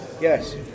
Yes